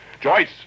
Joyce